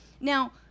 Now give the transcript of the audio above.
Now